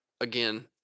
again